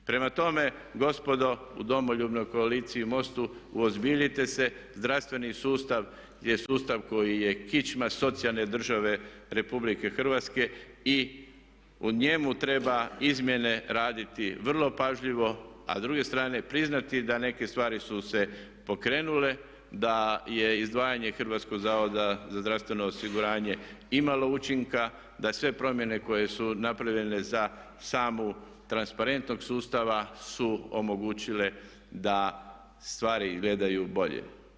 Prema tome, gospodo u Domoljubnoj koaliciji i MOST-u uozbiljite se, zdravstveni sustav je sustav koji je kičma socijalne države RH i u njemu treba izmjene raditi vrlo pažljivo, a s druge strane priznati da neke stvari su se pokrenule, da je izdvajanje Hrvatskog zavoda za zdravstveno osiguranje imalo učinka da sve promjene koje su napravljene za samu transparentnost sustava su omogućile da stvari izgledaju bolje.